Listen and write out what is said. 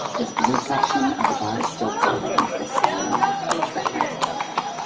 this blue section of the bar is still correlating to the same h reference code though.